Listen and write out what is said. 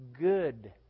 Good